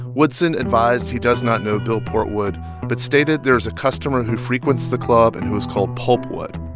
woodson advised he does not know bill portwood but stated there is a customer who frequents the club and who is called pulpwood.